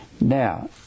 Now